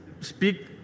speak